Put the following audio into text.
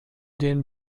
den